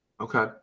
Okay